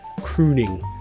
crooning